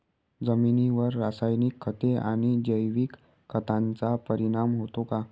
जमिनीवर रासायनिक खते आणि जैविक खतांचा परिणाम होतो का?